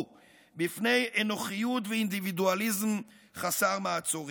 בפני אנוכיות ואינדיווידואליזם חסר מעצורים.